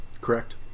Correct